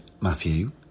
Matthew